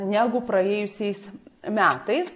negu praėjusiais metais